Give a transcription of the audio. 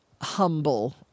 humble